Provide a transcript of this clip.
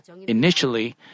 Initially